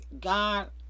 God